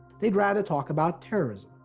they'd rather talk about terrorism.